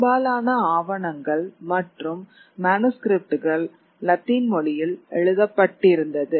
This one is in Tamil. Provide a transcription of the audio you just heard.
பெரும்பாலான ஆவணங்கள் மற்றும் மனுஸ்கிரிப்ட் கள் லத்தீன் மொழியில் எழுதப்பட்டிருந்தது